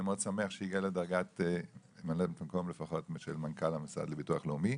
אני מאוד שמח שהיא הגיעה לדרגת ממלאת מקום מנכ"ל המוסד לביטוח לאומי.